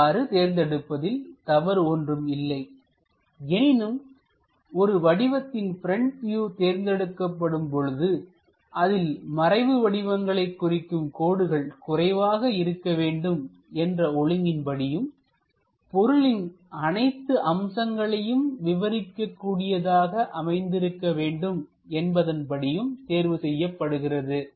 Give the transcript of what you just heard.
அவ்வாறு தேர்ந்தெடுப்பதில் தவறு ஒன்றும் இல்லைஎனினும் ஒரு வடிவத்தின் ப்ரெண்ட் வியூ தேர்ந்தெடுக்கப்படும் பொழுது அதில் மறைவு வடிவங்களை குறிக்கும் கோடுகள் குறைவாக இருக்க வேண்டும் என்ற ஒழுங்கின்படியும் பொருளின் அனைத்து அம்சங்களையும் விவரிக்கக் கூடியதாக அமைந்திருக்க வேண்டும் என்பதன் படியும் தேர்வு செய்யப்படுகிறது